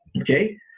Okay